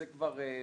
זו כבר מרדנות